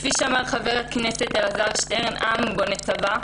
כפי שאמר חבר הכנסת אלעזר שטרן: עם בונה צבא,